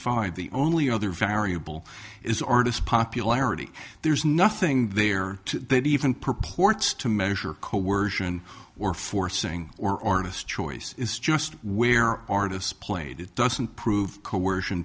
five the only other variable is artist's popularity there's nothing there to even purports to measure coersion or forcing or artist choice is just where artists played it doesn't prove coercion